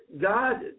God